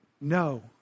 No